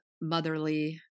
motherly